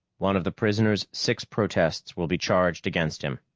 one of the prisoner's six protests will be charged against him.